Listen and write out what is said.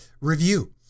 review